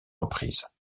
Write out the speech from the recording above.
reprises